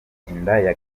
inda